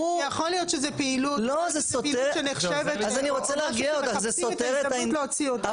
יכול להיות שזו פעילות שנחשבת או משהו שמחפשים את ההזדמנות להוציא אותה,